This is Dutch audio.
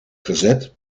gezet